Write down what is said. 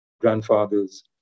grandfather's